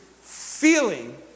feeling